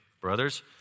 Brothers